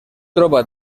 troba